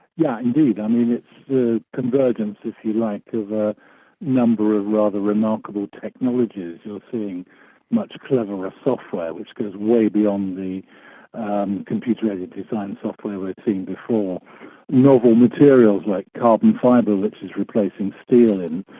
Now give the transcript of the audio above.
yeah, indeed, i mean it's the convergence, if you like, of a number of rather remarkable technologies. you're seeing much cleverer software, which goes way beyond the computer-aided design software we've seen before novel materials like carbon fibre, which is replacing steel in